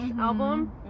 album